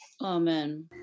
Amen